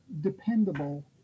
dependable